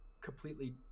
completely